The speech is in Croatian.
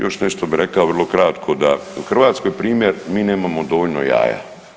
Još nešto bi rekao, vrlo kratko da u Hrvatskoj primjer mi nemamo dovoljno jaja.